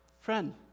Friend